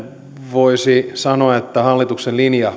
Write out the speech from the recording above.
voisi sanoa että hallituksen linja